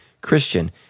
Christian